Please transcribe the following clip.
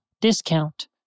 discount